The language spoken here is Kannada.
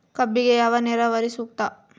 ಕಬ್ಬಿಗೆ ಯಾವ ನೇರಾವರಿ ಸೂಕ್ತ?